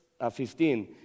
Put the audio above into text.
15